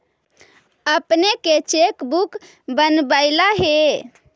अपने के cheque book बनवइला हे